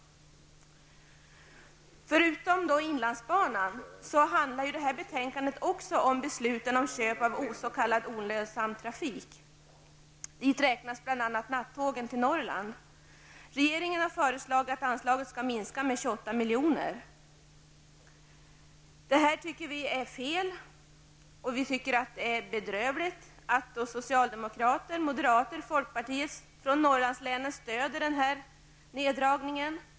Förutom inlandsbanan handlar betänkandet också om besluten om köp av s.k. olönsam trafik. Dit räknas bl.a. nattågen till Norrland. Regeringen har föreslagit att anslaget skall minskas med 28 milj.kr. Vi tycker att det är fel, och vi tycker att det är bedrövligt att socialdemokrater, moderater och folkpartister från Norrlandslänen stöder neddragningen.